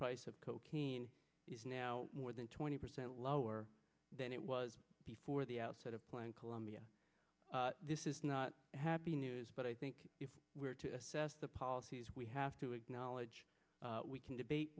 price of cocaine is now more than twenty percent lower than it was before the outset of plan colombia this is not happy news but i think if we are to assess the policies we have to acknowledge we can debate